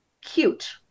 cute